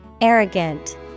Arrogant